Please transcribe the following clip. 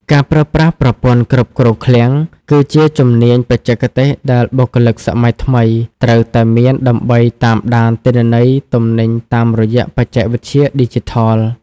ការប្រើប្រាស់ប្រព័ន្ធគ្រប់គ្រងឃ្លាំង គឺជាជំនាញបច្ចេកទេសដែលបុគ្គលិកសម័យថ្មីត្រូវតែមានដើម្បីតាមដានទិន្នន័យទំនិញតាមរយៈបច្ចេកវិទ្យាឌីជីថល។